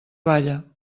balla